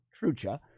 Trucha